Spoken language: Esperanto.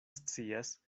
scias